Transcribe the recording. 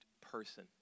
person